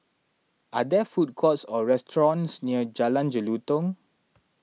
are there food courts or restaurants near Jalan Jelutong